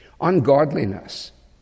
Ungodliness